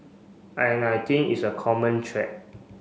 and I think it's a common thread